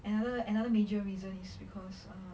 another another major reason is because err